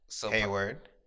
Hayward